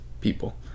people